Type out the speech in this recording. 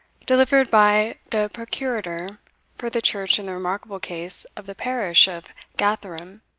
delivered by the procurator for the church in the remarkable case of the parish of gatherem.